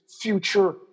future